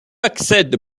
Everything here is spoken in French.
accède